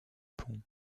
pont